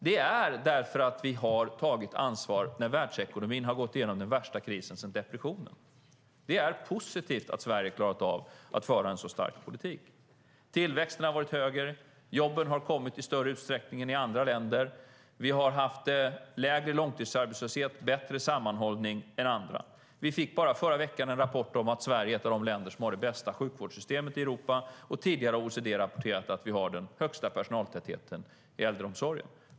Det är därför att vi har tagit ansvar när världsekonomin har gått igenom den värsta krisen sedan depressionen. Det är positivt att Sverige klarat av att föra en så stark politik. Tillväxten har varit högre, jobben har kommit i större utsträckning än i andra länder, vi har haft lägre långtidsarbetslöshet och en bättre sammanhållning än andra. Vi fick bara förra veckan en rapport om att Sverige är ett av de länder som har det bästa sjukvårdssystemet i Europa, och tidigare har OECD rapporterat att vi har den högsta personaltätheten i äldreomsorgen.